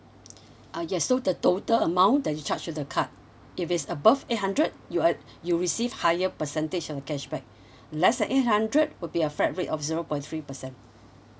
uh yes so the total amount that you charge to the card if it's above eight hundred you are you receive higher percentage of the cashback less than eight hundred will be a flat rate of zero point three percent